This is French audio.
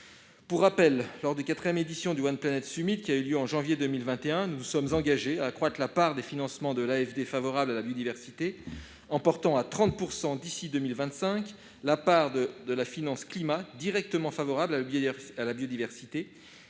Pour rappel, lors de la quatrième édition du qui a eu lieu au mois de janvier 2021, la France s'est engagée à accroître la part des financements de l'AFD favorables à la biodiversité, en portant à 30 %, d'ici à 2025, la part de la finance climat directement favorable à la biodiversité